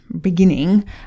beginning